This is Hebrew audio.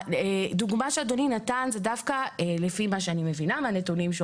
הדוגמה שאדוני נתן לפי מה שאני מבינה מהנתונים שהוא